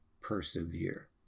persevere